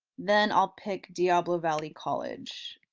then i'll pick diablo valley college.